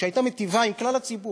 מה שהיה מיטיב עם כלל הציבור,